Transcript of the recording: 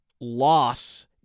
loss